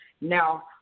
Now